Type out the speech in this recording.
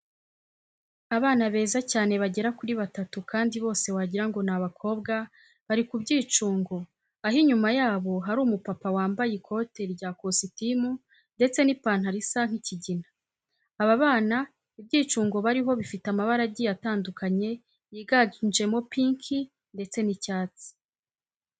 Abana beza cyane bagera kuri batatu kandi bose wagira ngo ni abakobwa, bari ku byicungo aho inyuma yabo hari umupapa wambaye ikote rya kositimu ndetse n'ipantaro isa nk'ikigina. Aba bana ibyicungo bariho bifite amabara agiye atandukanye yiganjemo pinki ndetse n'icyatsi.